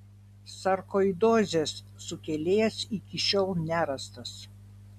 sarkoidozės sukėlėjas iki šiol nerastas